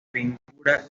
pintura